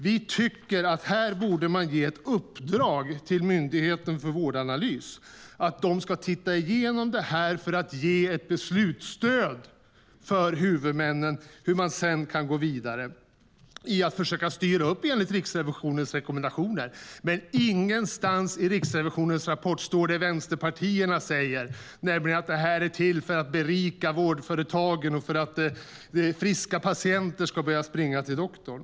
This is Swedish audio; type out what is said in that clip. Vi tycker att man här borde ge ett uppdrag till Myndigheten för vårdanalys, att de ska se över detta för att ge ett beslutsstöd till huvudmännen för hur de sedan kan gå vidare för att försöka styra upp enligt Riksrevisionens rekommendationer. Men ingenstans i Riksrevisionens rapport står det som vänsterpartierna säger, nämligen att detta är till för att berika vårdföretagen och för att friska patienter ska börja springa till doktorn.